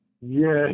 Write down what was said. yes